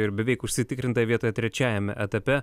ir beveik užsitikrinta vieta trečiajame etape